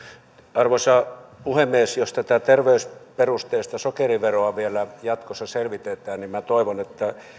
arvoisa puhemies jos tätä terveysperusteista sokeriveroa vielä jatkossa selvitetään niin minä toivon että